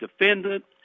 defendant